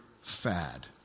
fad